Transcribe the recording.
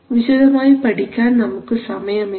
വിശദമായി പഠിക്കാൻ നമുക്ക് സമയമില്ല